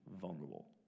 vulnerable